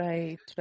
Right